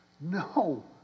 No